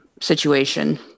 situation